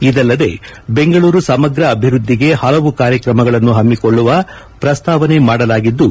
ಇದಲ್ಲದೆ ಬೆಂಗಳೂರು ಸಮಗ್ರ ಅಭಿವೃದ್ದಿಗೆ ಹಲವು ಕಾರ್ಯಕ್ರಮಗಳನ್ನು ಹಮ್ಮಿಕೊಳ್ಳುವ ಪ್ರಸ್ತಾವನೆ ಮಾಡಲಾಗಿದ್ದು